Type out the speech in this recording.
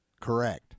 Correct